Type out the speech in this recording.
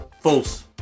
False